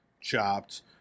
chopped